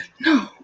no